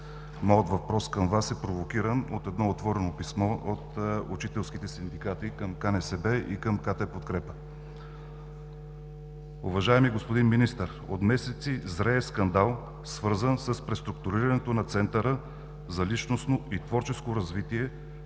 Моят въпрос към Вас е провокиран от едно отворено писмо от учителските синдикати към КНСБ и към КТ „Подкрепа“. Уважаеми господин Министър, от месеци зрее скандал, свързан с преструктурирането на Центъра за личностно и творческо развитие